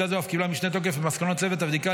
עמדה זו אף קיבלה משנה תוקף במסקנות צוות הבדיקה